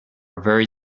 very